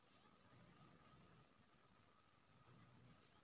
चक्का बला मशीन लकड़ी सँ बनल रहइ छै